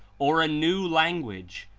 or a new language,